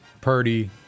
Purdy